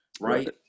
right